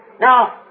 Now